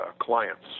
clients